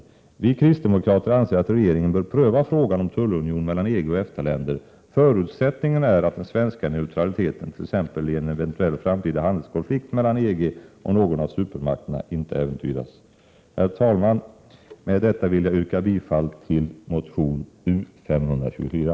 Vi kristdemokrater anser att regeringen bör pröva frågan om tullunion mellan EG och EFTA-länder. Förutsättningen är att den svenska neutraliteten, t.ex. i en eventuell framtida handelskonflikt mellan EG och någon av supermakterna, inte äventyras. Herr talman! Med detta vill jag yrka bifall till motion US524.